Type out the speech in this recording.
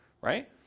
right